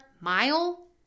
mile